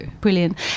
brilliant